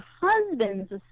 husband's